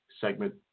segment